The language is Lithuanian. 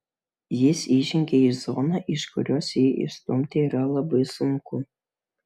jis įžengia į zoną iš kurios jį išstumti yra labai sunku